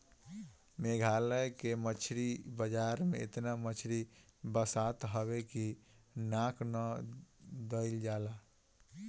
मेघालय के मछरी बाजार में एतना मछरी बसात हवे की नाक ना धइल जाला